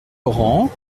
laurent